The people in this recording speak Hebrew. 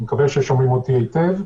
אני מקווה ששומעים אותי היטב.